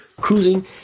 Cruising